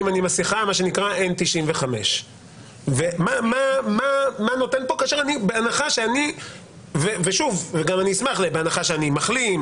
אם אני עם מסכה N95. אני אשמח גם לדעת בהנחה שאני מחלים,